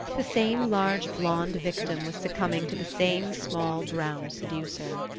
the same large blonde victim was succumbing to the same small brown seducer.